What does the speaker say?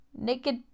naked